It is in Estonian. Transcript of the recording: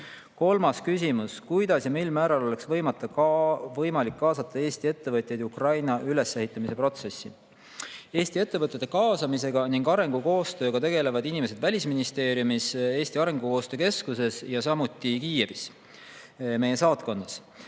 Kolmas küsimus: "Kuidas ja mil määral oleks võimalik kaasata Eesti ettevõtjaid Ukraina ülesehitamise protsessi?" Eesti ettevõtete kaasamisega ning arengukoostööga tegelevad inimesed Välisministeeriumis, Eesti arengukoostöö keskuses ja samuti Kiievis meie saatkonnas.